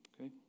Okay